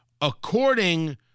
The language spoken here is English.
According